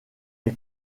est